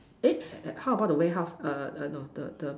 eh how about the warehouse err no the the